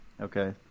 Okay